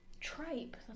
Tripe